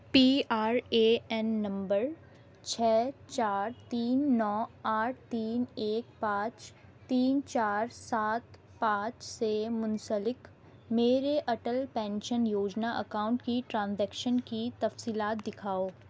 P R A N number چھ چار تین نو آٹھ تین ایک پانچ تین چار سات پانچ سے منسلک میرے اٹل پینشن یوجنا اکاؤنٹ کی ٹرانزیکشن کی تفصیلات دکھاؤ